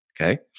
Okay